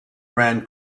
ran